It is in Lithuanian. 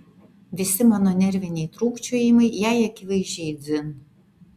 visi mano nerviniai trūkčiojimai jai akivaizdžiai dzin